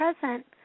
present